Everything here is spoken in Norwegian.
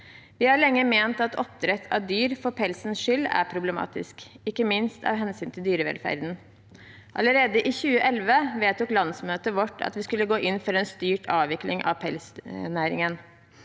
Vi har lenge ment at oppdrett av dyr for pelsens skyld er problematisk, ikke minst av hensyn til dyrevelferden. Allerede i 2011 vedtok landsmøtet vårt at vi skulle gå inn for en styrt avvikling av pelsdyrnæringen.